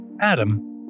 Adam